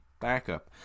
backup